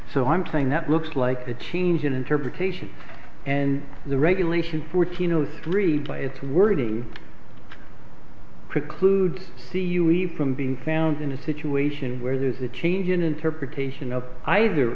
so i'm saying that looks like a change in interpretation and the regulation fourteen zero three by its wording precludes c u we from being found in a situation where there's a change in interpretation of either